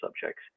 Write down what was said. subjects